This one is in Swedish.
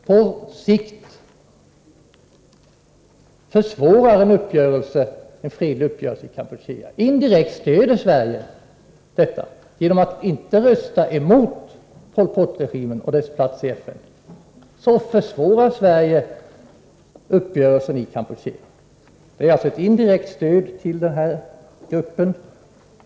På sikt försvårar detta en fredlig uppgörelse i Kampuchea. Indirekt stöder Sverige detta genom att inte rösta emot Pol Pot-regimen och dess plats i FN. Därmed försvårar också Sverige uppgörel sen i Kampuchea. Det innebär alltså ett indirekt stöd till denna grupp.